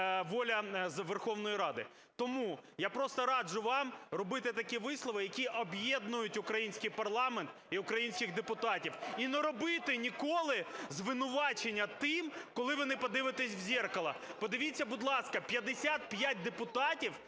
воля Верховної Ради. Тому я просто раджу вам робити такі вислови, які об'єднують український парламент і українських депутатів, і не робити ніколи звинувачення тим, коли ви не подивитесь в зеркало. Подивіться, будь ласка, 55 депутатів